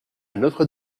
notre